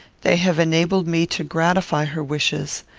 they have enabled me to gratify her wishes.